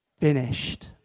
finished